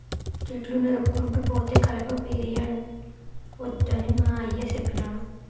చెట్లు నరుక్కుంటూ పోతే కలప పిరియంపోద్దని మా అయ్య సెప్పినాడు